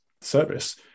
service